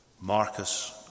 Marcus